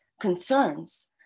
concerns